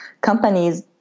companies